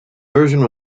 version